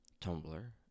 Tumblr